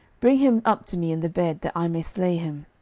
bring him up to me in the bed, that i may slay him.